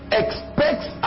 expects